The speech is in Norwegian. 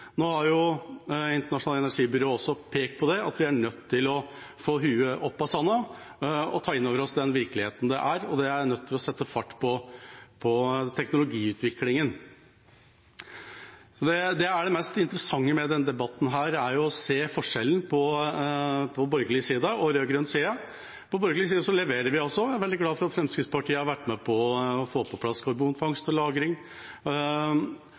Nå har Det internasjonale energibyrået pekt på at vi er nødt til å få hodet opp av sanden og ta inn over oss virkeligheten, og det er nødt til å sette fart på teknologiutviklingen. Det mest interessante med denne debatten her er å se forskjellen på borgerlig og rød-grønn side. På borgerlig side leverer vi. Jeg er veldig glad for at Fremskrittspartiet har vært med på å få på plass karbonfangst og